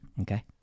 Okay